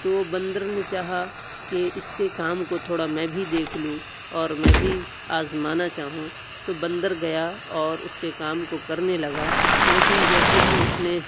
تو بندر نے چاہا کہ اس کے کام کو تھوڑا میں بھی دیکھ لوں اور میں بھی آزمانا چاہوں تو بندر گیا اور اس کے کام کو کرنے لگا لیکن جیسے ہی اس نے